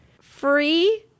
Free